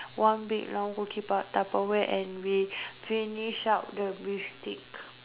one big round cookie tupperware and we finish up the beef steak